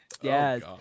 Yes